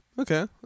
Okay